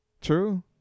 True